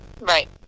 Right